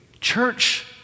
church